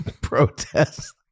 protest